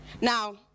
Now